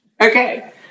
Okay